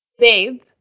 babe